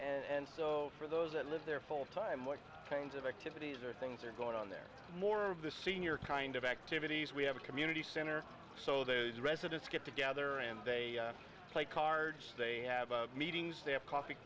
weeks and so for those that live there full time what kinds of activities or things are going on they're more of the senior kind of activities we have a community center so those residents get together and they play cards they have meetings they have coffee